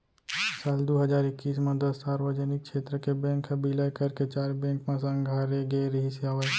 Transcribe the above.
साल दू हजार एक्कीस म दस सार्वजनिक छेत्र के बेंक ह बिलय करके चार बेंक म संघारे गे रिहिस हवय